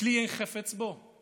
ככלי אין חפץ בו?